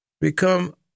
become